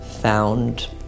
found